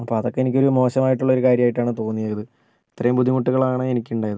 അപ്പം അതൊക്കെ എനിക്കൊരു മോശമായിട്ടുള്ള ഒരു കാര്യമായിട്ടാണ് തോന്നിയത് ഇത്രയും ബുദ്ധിമുട്ടുകൾ ആണ് എനിക്ക് ഉണ്ടായത്